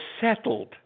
settled